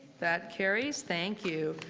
that carries. thank you.